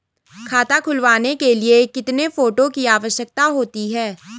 खाता खुलवाने के लिए कितने फोटो की आवश्यकता होती है?